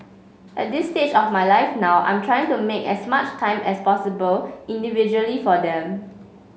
at this stage of my life now I'm trying to make as much time as possible individually for them